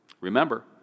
remember